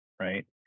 right